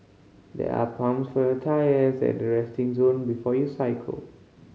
there are pumps for your tyres at the resting zone before you cycle